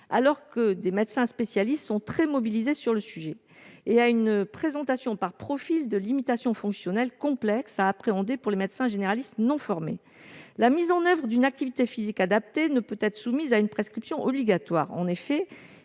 alors que des médecins spécialistes sont très mobilisés sur le sujet » et à une « présentation par profil de limitations fonctionnelles complexe à appréhender pour les médecins généralistes non formés ». La mise en oeuvre d'une activité physique adaptée ne peut être soumise à prescription obligatoire. En effet,